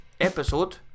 episode